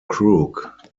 crook